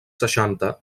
seixanta